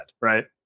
right